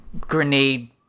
grenade